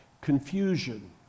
confusion